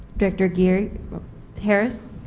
director geary harris